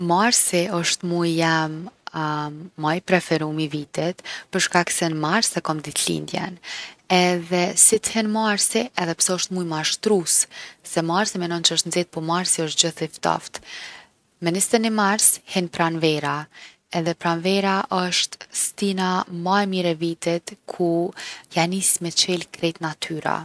Marsi osht muji jem ma i preferum i vitit për shkak se n’mars e kom ditëlindjen edhe si t’hin marsi, edhe pse osht muj mashtrus se marsi menon që osht nxeht po marsi osht gjithë i ftoft. Me 21 mars hin pranvera edhe pranvera osht stina ma e mirë e vitit ku ja nis me çelë krejt natyra.